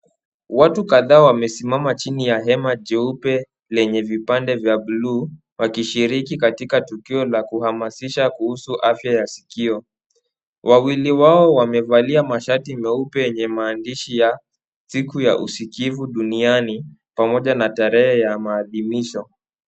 Watu kadhaa wamesimama chini ya hema jeupe lenye vipande vya bluu, wakishiriki katika tukio la kuhamasisha kuhusu afya ya sikio. Wawili wao wamevalia mashati meupe yenye maandishi ya siku ya usikivu duniani, pamoja na tarehe ya maadimisho.